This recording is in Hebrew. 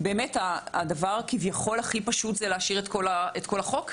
הדבר הכי פשוט זה להשאיר את כל החוק,